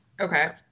Okay